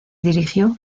dirigió